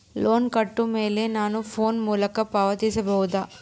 Loan ಕೊಟ್ಟ ಮೇಲೆ ನಾನು ಫೋನ್ ಮೂಲಕ ಪಾವತಿಸಬಹುದಾ?